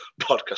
podcast